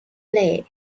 play